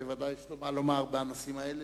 בוודאי יש לו מה לומר בנושאים האלה.